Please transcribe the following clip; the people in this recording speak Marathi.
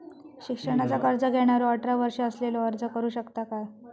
शिक्षणाचा कर्ज घेणारो अठरा वर्ष असलेलो अर्ज करू शकता काय?